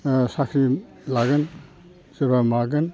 साख्रि लागोन सोरबा मागोन